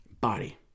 body